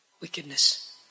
wickedness